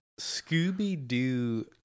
scooby-doo